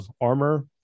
armor